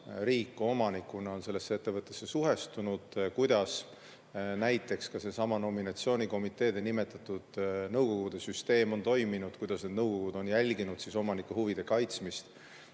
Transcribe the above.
riik omanikuna on ettevõttega suhestunud, kuidas näiteks seesama nominatsioonikomitee nimetatud nõukogude süsteem on toiminud, kuidas need nõukogud on jälginud omanike huvide kaitsmist,